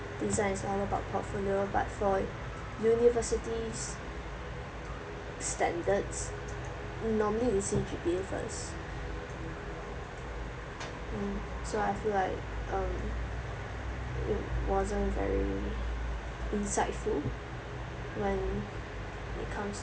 design is all about portfolio but for universities' standards normally we say G_P_A first mm so I feel like um it wasn't very insightful when it comes to